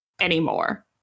anymore